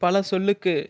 பல சொல்லுக்கு